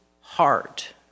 heart